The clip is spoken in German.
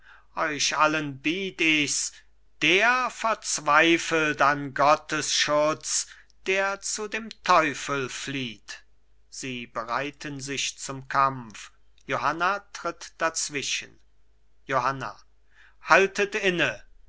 euch allen biet ichs der verzweifelt an gottes schutz der zu dem teufel flieht sie bereiten sich zum kampf johanna tritt dazwischen johanna haltet inne